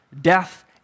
death